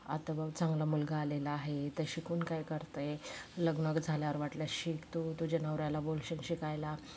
आता बघ चांगला मुलगा आलेला आहे तर शिकून काय करतेय लग्न झाल्यावर वाटल्यास शिक तू तुझ्या नवऱ्याला बोलशील शिकायला